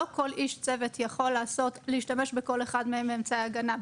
לא כל איש צוות יכול להשתמש בכל אחד מאמצעי ההגנה.